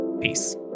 Peace